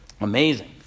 Amazing